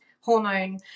hormone